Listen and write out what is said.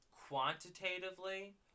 quantitatively